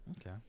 Okay